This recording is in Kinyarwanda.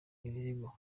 ibirego